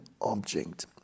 object